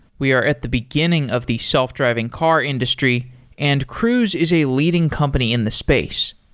we are at the beginning of the self-driving car industry and cruise is a leading company in the space.